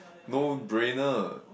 no brainer